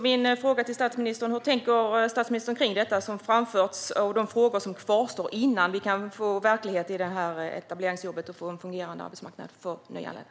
Min fråga till statsministern är: Hur tänker statsministern kring de frågor som kvarstår innan etableringsjobben kan bli verklighet och vi får en fungerande arbetsmarknad för nyanlända?